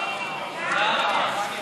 6),